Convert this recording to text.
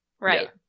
Right